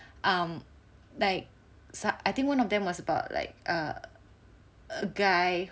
um like so~ I think one of them was about like uh a guy